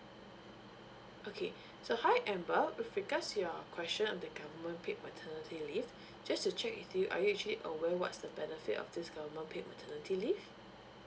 okay so hi amber with regards to your question on the government paid maternity leave just to check with you are you actually aware what's the the benefit of this government paid maternity leave